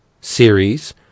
series